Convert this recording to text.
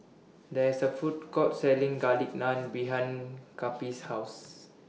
There IS A Food Court Selling Garlic Naan behind Cappie's House